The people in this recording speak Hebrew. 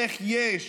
איך יש